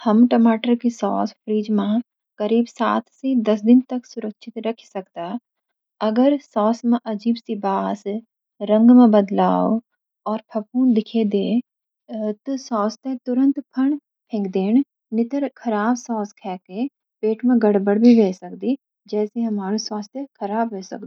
हम टमाटर की सॉस फ़्रिज मां करीब सात सी दस दिन तक सुरक्षित रखी सकदा। अगर सॉस मां अजीब सी बास, रंग में बदलाव और फफूंद दीखे दे, त सॉस तें तुरंत फन फेंक देन नितर खराब सॉस खे की पेट मां गड़बड़ भी वे सकदी।